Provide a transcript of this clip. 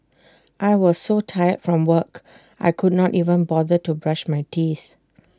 I was so tired from work I could not even bother to brush my teeth